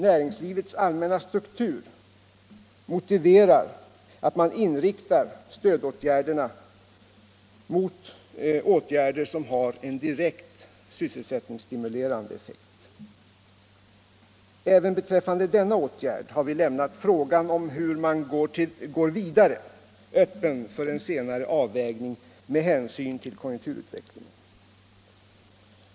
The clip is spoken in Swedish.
Näringslivets allmänna struktur i detta område gör det dessutom angeläget att inrikta stödet på en åtgärd som får direkt sysselsättningsstimulerande effekt. Även beträffande denna åtgärd har vi lämnat frågan om hur man går vidare öppen för en senare avvägning med hänsyn till konjunkturen.